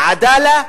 "עדאלה",